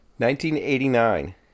1989